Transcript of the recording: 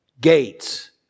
gates